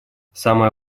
самое